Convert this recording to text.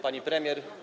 Pani Premier!